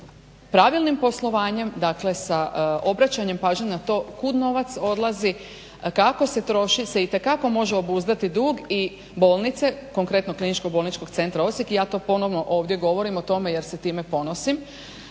da pravilnim poslovanjem, dakle sa obraćanjem pažnje na to kud novac odlazi, kako se troši se itekako može obuzdati dug i bolnice konkretno Kliničko-bolničkog centra Osijek, i ja to ponovo ovdje govorim o tome jer se time ponosim,